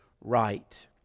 right